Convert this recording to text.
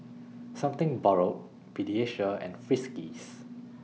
Something Borrowed Pediasure and Friskies